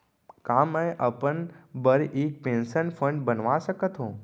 का मैं अपन बर एक पेंशन फण्ड बनवा सकत हो?